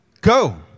go